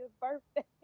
birthday